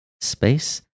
space